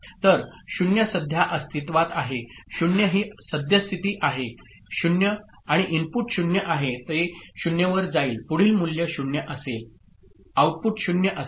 तर 0 सध्या अस्तित्वात आहे 0 ही सद्यस्थिती आहे इनपुट 0 आहे ते 0 वर राहील पुढील मूल्य 0 असेल आउटपुट 0 असेल